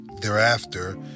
thereafter